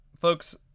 Folks